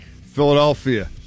Philadelphia